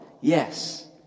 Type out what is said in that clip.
Yes